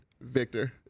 victor